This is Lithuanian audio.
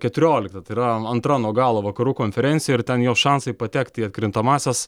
keturiolikta tai yra antra nuo galo vakarų konferencijoj ir ten jo šansai patekti į atkrintamąsias